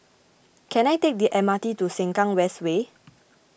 can I take the M R T to Sengkang West Way